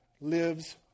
lives